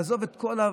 לעזוב את הכול,